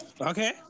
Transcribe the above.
Okay